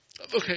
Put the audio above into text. okay